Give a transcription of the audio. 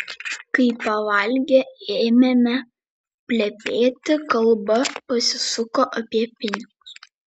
kai pavalgę ėmėme plepėti kalba pasisuko apie pinigus